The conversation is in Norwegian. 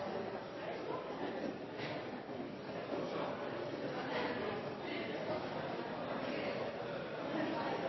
Det kanskje